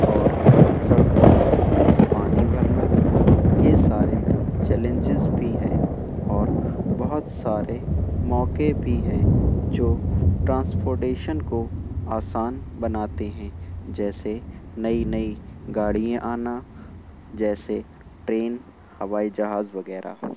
اور سڑکوں میں پانی بھرنا یہ سارے چیلنجز بھی ہیں اور بہت سارے موقعے بھی ہیں جو ٹرانسپورٹیشن کو آسان بناتے ہیں جیسے نئی نئی گاڑیاں آنا جیسے ٹرین ہوائی جہاز وغیرہ